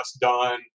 done